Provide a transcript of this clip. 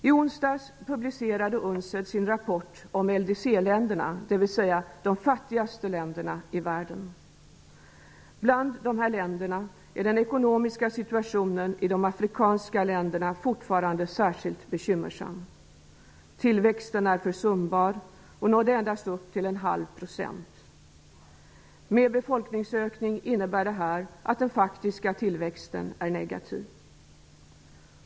I onsdags publicerade UNCTAD sin rapport om LDC-länderna, dvs. de fattigaste länderna i världen. Bland dessa länder är den ekonomiska situationen i de afrikanska länderna fortfarande särskilt bekymmersam. Tillväxten är försumbar och når endast upp till en halv procent. Med befolkningsökning innebär det att den faktiska tillväxten är negativ.